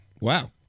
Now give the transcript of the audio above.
Wow